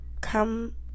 come